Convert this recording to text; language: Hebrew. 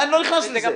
אני לא נכנס לזה.